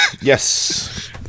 Yes